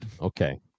okay